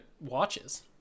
watches